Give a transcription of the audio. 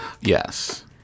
Yes